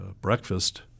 breakfast